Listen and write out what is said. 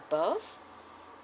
birth